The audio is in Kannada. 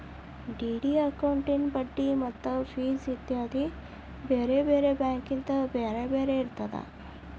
ಡಿ.ಡಿ ಅಕೌಂಟಿನ್ ಬಡ್ಡಿ ಮತ್ತ ಫಿಸ್ ಇತ್ಯಾದಿ ಬ್ಯಾರೆ ಬ್ಯಾರೆ ಬ್ಯಾಂಕಿಂದ್ ಬ್ಯಾರೆ ಬ್ಯಾರೆ ಇರ್ತದ